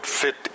fit